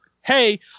hey